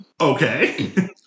okay